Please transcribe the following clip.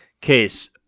case